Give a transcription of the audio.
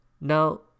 Now